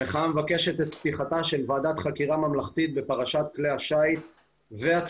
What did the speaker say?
המחאה מבקשת את פתיחתה של ועדת חקירה ממלכתית בפרשת כלי השיט והצוללות